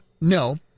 No